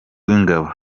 w’ingabo